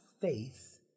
faith